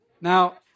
Now